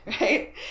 Right